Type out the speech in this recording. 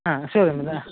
ಹಾಂ ಶೋರೂಮಿಂದ